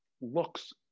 looks